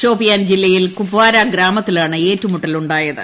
ഷോപ്പിയാൻ ജില്ലയിൽ കുപ്പോര ഗ്രാമത്തിലാണ് ഏറ്റുമുട്ടൽ ഉണ്ടായത്